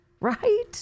right